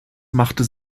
machte